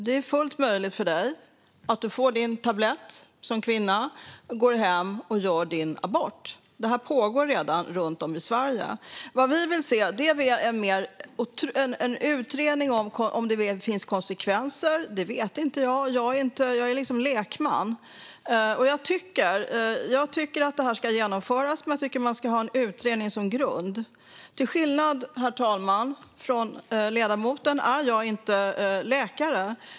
Det är fullt möjligt för dig att du får din tablett som kvinna, går hem och gör din abort. Det pågår redan runt om i Sverige. Vad vi vill se är en utredning om det finns konsekvenser. Det vet inte jag. Jag är lekman. Jag tycker att det här ska genomföras men att man ska ha en utredning som grund. Herr talman! Till skillnad från ledamoten är jag inte läkare.